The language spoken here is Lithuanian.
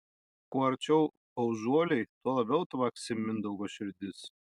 kuo arčiau paužuoliai tuo labiau tvaksi mindaugo širdis